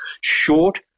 Short